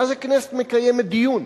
ואז הכנסת מקיימת דיון.